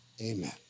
Amen